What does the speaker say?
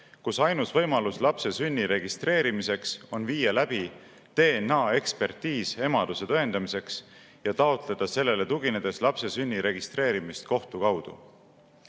kus ainus võimalus lapse sünni registreerimiseks on viia läbi DNA-ekspertiis emaduse tõendamiseks ja taotleda sellele tuginedes lapse sünni registreerimist kohtu kaudu.